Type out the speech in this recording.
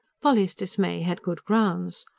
polly's dismay had good grounds.